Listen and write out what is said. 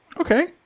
Okay